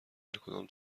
درکدام